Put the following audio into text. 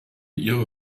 ihre